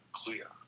clear